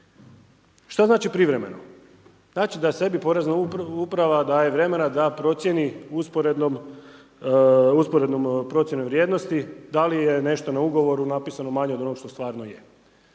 Šta znači privremeno? Znači da sebi porezna uprava daje vremena da procijeni usporednom procjenom vrijednosti da li je nešto na ugovoru napisano manje od onog što stvarno je.